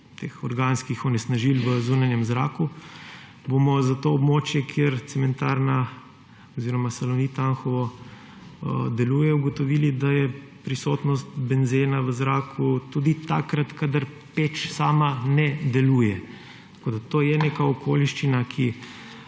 teh organskih onesnažil v zunanjem zraku, bomo za to območje, kjer cementarna oziroma Salonit Anhovo deluje, ugotovili, da je prisotnost benzena v zraku tudi takrat, kadar peč sama ne deluje. Tako je to neka okoliščina, ki